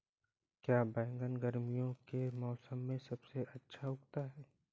क्या बैगन गर्मियों के मौसम में सबसे अच्छा उगता है?